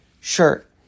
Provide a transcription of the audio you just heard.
shirt